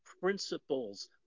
principles